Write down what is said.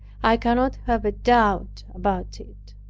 i cannot have a doubt about it.